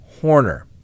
Horner